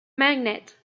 magnet